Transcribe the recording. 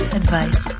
advice